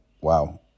wow